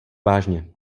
vážně